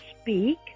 speak